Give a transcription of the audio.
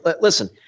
listen